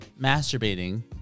Masturbating